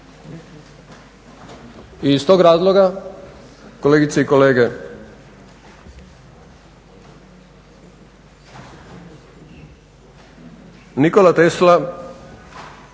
I iz tog razloga, kolegice i kolege, Nikola Tesla